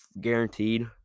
guaranteed